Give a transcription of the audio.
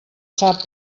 sap